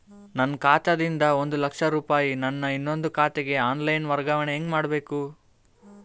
ನನ್ನ ಖಾತಾ ದಿಂದ ಒಂದ ಲಕ್ಷ ರೂಪಾಯಿ ನನ್ನ ಇನ್ನೊಂದು ಖಾತೆಗೆ ಆನ್ ಲೈನ್ ವರ್ಗಾವಣೆ ಹೆಂಗ ಮಾಡಬೇಕು?